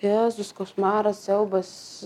jėzus košmaras siaubas